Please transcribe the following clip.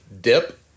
dip